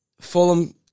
Fulham